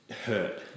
hurt